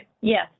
yes